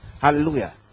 Hallelujah